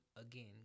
again